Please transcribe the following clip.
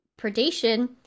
predation